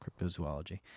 cryptozoology